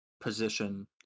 position